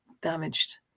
damaged